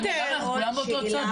כולם באותו צד.